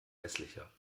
hässlicher